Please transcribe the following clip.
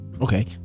okay